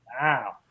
Wow